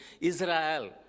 Israel